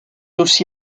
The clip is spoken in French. aussi